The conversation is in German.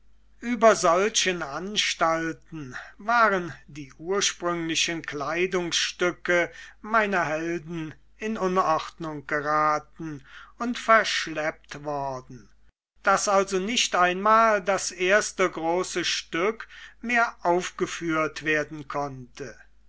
über solchen anstalten waren die ursprünglichen kleidungsstücke meiner helden in unordnung geraten und verschleppt worden daß also nicht einmal das erste große stück mehr aufgeführt werden konnte